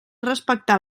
respectar